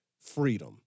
freedom